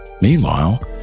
Meanwhile